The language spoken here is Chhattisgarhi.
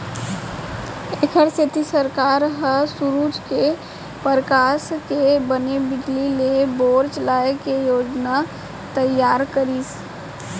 एखरे सेती सरकार ह सूरूज के परकास के बने बिजली ले बोर चलाए के योजना तइयार करिस